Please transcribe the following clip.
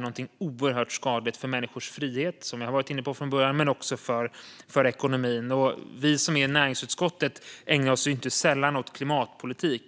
något oerhört skadligt för människors frihet och för ekonomin. Vi i näringsutskottet ägnar oss ju inte sällan åt klimatpolitik.